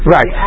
Right